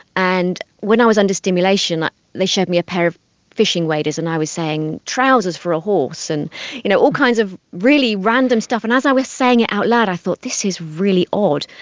and when i was under stimulation they showed me a pair of fishing waders and i was saying, trousers for a horse and you know all kinds of really random stuff. and as i was saying it out loud i thought this is really odd,